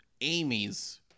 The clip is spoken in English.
Amy's